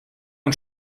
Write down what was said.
und